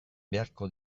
beharko